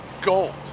gold